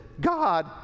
God